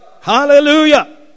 Hallelujah